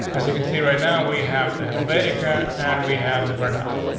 as you can see, right now, we have the helvetica and we have the verdana.